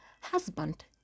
husband